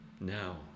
Now